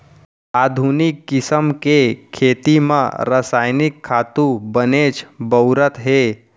आधुनिक किसम के खेती म रसायनिक खातू बनेच बउरत हें